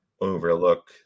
overlook